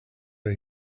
but